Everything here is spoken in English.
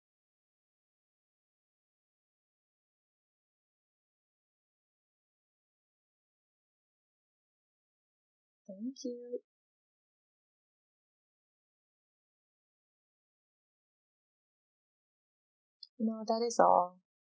thank you no that is all